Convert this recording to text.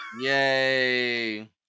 Yay